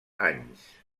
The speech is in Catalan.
anys